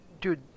Dude